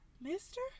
mister